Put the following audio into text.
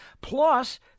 Plus